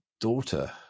daughter